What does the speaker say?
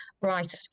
right